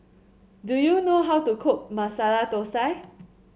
do you know how to cook Masala Thosai